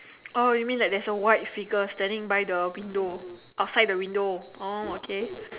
oh you mean like there's a white figure standing by the window outside the window orh okay